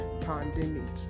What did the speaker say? pandemic